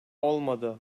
olmadı